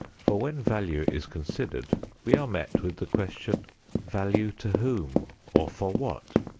for when value is considered we are met with the question value to whom, or for what?